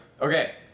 okay